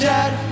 Dad